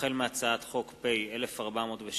החל בהצעת חוק פ/1407/18